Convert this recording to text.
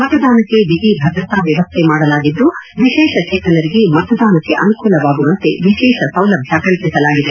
ಮತದಾನಕ್ಕೆ ಬಿಗಿ ಭದ್ರತಾ ವ್ಯವಸ್ದೆ ಮಾಡಲಾಗಿದ್ದು ವಿಶೇಷಚೇತನರಿಗೆ ಮತದಾನಕ್ಕೆ ಅನುಕೂಲವಾಗುವಂತೆ ವಿಶೇಷ ಸೌಲಭ್ಯ ಕಲ್ಪಿಸಲಾಗಿದೆ